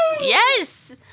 Yes